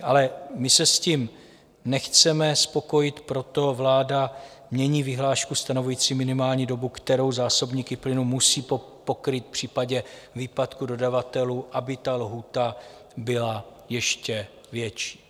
Ale my se s tím nechceme spokojit, proto vláda mění vyhlášku stanovující minimální dobu, kterou zásobníky plynu musí pokrýt v případě výpadku dodavatelů, aby ta lhůta byla ještě větší.